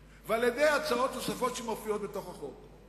על-ידי העלאת מס הבריאות ועל-ידי הצעות נוספות שמופיעות בתוך החוק.